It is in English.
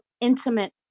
intimate